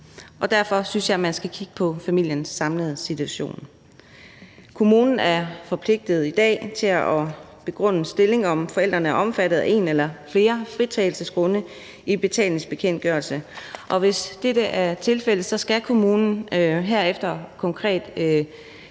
Derfor synes jeg, man skal kigge på familiens samlede situation. Kommunen er i dag forpligtet til at give en begrundet stillingtagen til, om forældrene er omfattet af en eller flere fritagelsesgrunde i betalingsbekendtgørelsen, og hvis dette er tilfældet, skal kommunen herefter konkret